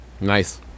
nice